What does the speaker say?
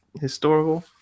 historical